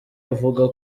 avuga